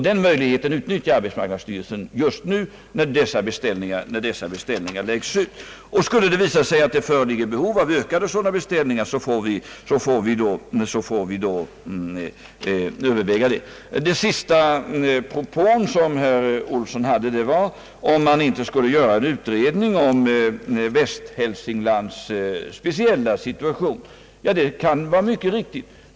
Den möjligheten utnyttjar arbetsmarknadsstyrelsen just nu, när dessa beställningar läggs ut. Skulle det visa sig att det föreligger behov av ökade beställningar, så får vi överväga detta. Den sista propån som herr Olsson hade var om man inte skulle göra en utredning om Västhälsinglands speciella situation. Det kan vara riktigt att göra en sådan utredning.